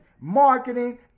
marketing